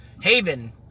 Haven